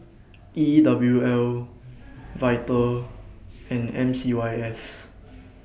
E W L Vital and M C Y S